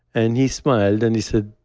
and he smiled and he said,